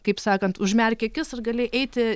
kaip sakant užmerki akis ir gali eiti